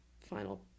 final